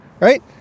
right